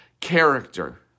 character